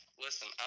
listen